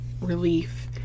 relief